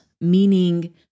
meaning